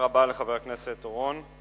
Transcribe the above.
תודה רבה לחבר הכנסת אורון.